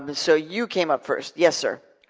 and so, you came up first. yes, sir.